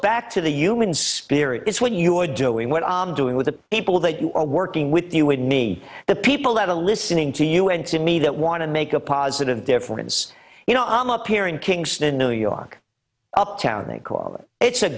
back to the human spirit it's what you're doing what i'm doing with the people that you are working with you and me the people that are listening to you and to me that want to make a positive difference you know i'm up here in kingston new york uptown they call it it's a